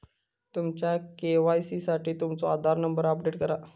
तुमच्या के.वाई.सी साठी तुमचो आधार नंबर अपडेट करा